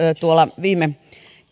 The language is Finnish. tuolla viime